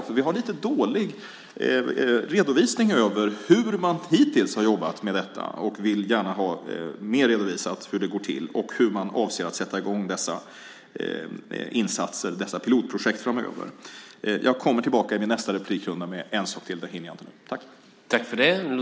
Vi har nämligen lite dålig redovisning av hur man hittills har jobbat med detta och vill gärna ha mer redovisat hur det går till och hur man avser att sätta i gång dessa insatser, dessa pilotprojekt framöver. Jag kommer tillbaka i min nästa replikrunda med en sak till. Det hinner jag inte nu.